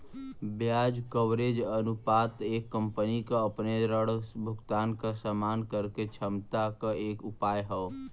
ब्याज कवरेज अनुपात एक कंपनी क अपने ऋण भुगतान क सम्मान करे क क्षमता क एक उपाय हौ